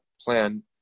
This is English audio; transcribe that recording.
plan